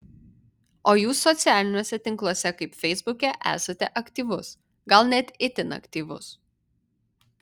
o jūs socialiniuose tinkluose kaip feisbuke esate aktyvus gal net itin aktyvus